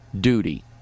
duty